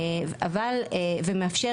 ומאפשר